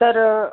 तर